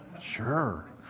Sure